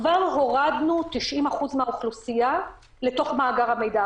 כבר הורדנו 90% מהאוכלוסייה מתוך מאגר המידע.